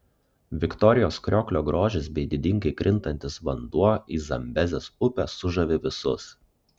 viktorijos krioklio grožis bei didingai krintantis vanduo į zambezės upę sužavi visus